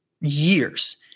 years